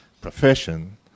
profession